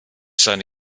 seine